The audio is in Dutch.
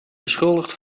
beschuldigd